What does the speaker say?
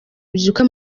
abyuka